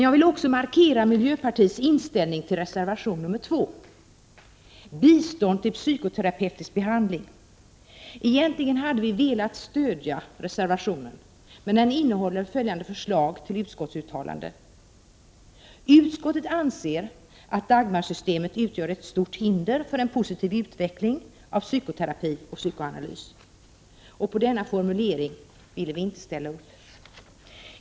Jag vill också markera miljöpartiets inställning till reservation nr 2. Bistånd till psykoterapeutisk behandling. Egentligen hade vi velat stödja reservationen, men den innehåller följande förslag till utskottsuttalande: ”Utskottet anser att Dagmarsystemet utgör ett stort hinder för en positiv utveckling av psykoterapi och psykoanalys.” På denna formulering ville vi inte ställa upp.